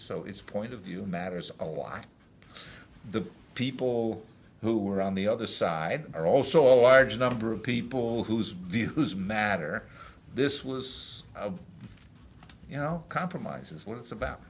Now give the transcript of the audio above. so it's a point of view matters a lot of the people who were on the other side are also a large number of people whose views matter this was you know compromise is what it's about